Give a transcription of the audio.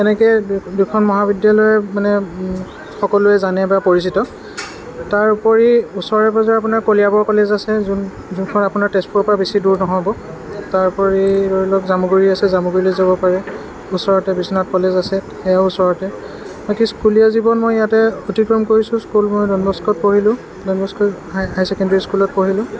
এনেকে দু দুখন মহাবিদ্যালয় মানে সকলোৱে জানে বা পৰিচিত তাৰ উপৰি ওচৰে পাজৰে আপোনাৰ কলিয়াবৰ কলেজ আছে যোন যোনখন আপোনাৰ তেজপুৰৰ পৰা বেছি দূৰত নহ'ব তাৰ উপৰি ধৰিলওক জামুগুৰি আছে জামুগুৰিলৈ যাব পাৰি ওচৰতে বিশ্বনাথ কলেজ আছে সেয়াও ওচৰতে বাকী স্কুলীয়া জীৱন মই ইয়াতে অতিক্ৰম কৰিছোঁ স্কুল মই ডনবস্ক'ত পঢ়িলোঁ ডনবস্ক' হাই ছেকেণ্ডেৰী স্কুলত পঢ়িলোঁ